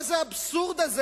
מה זה האבסורד הזה?